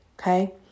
okay